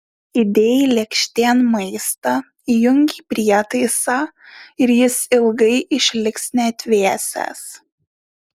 įdėjai lėkštėn maistą įjungei prietaisą ir jis ilgai išliks neatvėsęs